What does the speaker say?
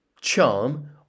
charm